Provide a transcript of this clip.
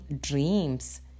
dreams